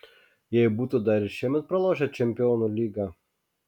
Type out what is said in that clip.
jei būtų dar ir šiemet pralošę čempionų lygą